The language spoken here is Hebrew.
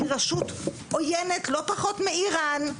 היא רשות עוינת לא פחות מאיראן.